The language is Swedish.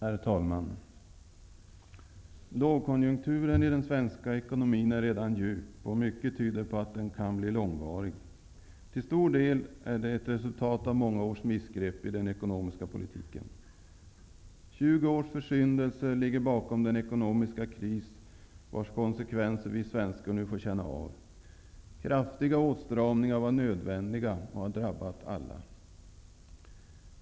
Herr talman! Lågkonjunkturen i den svenska ekonomin är redan påtaglig, och mycket tyder på att den kan bli långvarig. Till stor del är det ett resultat av många års missgrepp i den ekonomiska politiken. 20 års försyndelser ligger bakom den ekonomiska kris vars konsekvenser vi svenskar nu får känna av. Kraftiga åtstramningar var nödvändiga, och de har drabbat alla.